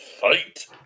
Fight